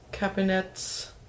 cabinets